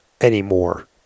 anymore